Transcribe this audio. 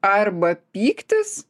arba pyktis